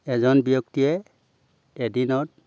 এজন ব্যক্তিয়ে এদিনত